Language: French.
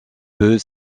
peut